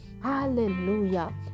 hallelujah